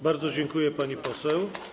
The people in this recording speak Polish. Bardzo dziękuję, pani poseł.